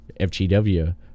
FGW